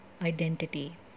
identity